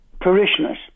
parishioners